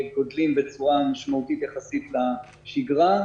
גדלים בצורה משמעותית יחסית לשגרה.